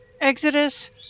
Exodus